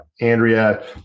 Andrea